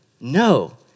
No